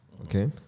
Okay